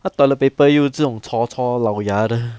他 toilet paper 又这种 chor chor lao ya 的